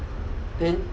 then